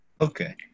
Okay